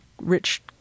rich